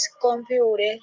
computer